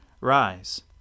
Rise